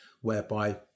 whereby